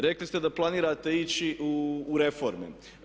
Rekli ste da planirate ići u reforme.